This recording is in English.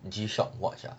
G shock watch ah